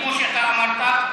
כמו שאתה אמרת,